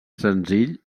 senzill